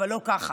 אבל לא ככה.